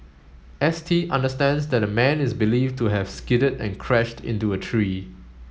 S T understands that the man is believed to have skidded and crashed into a tree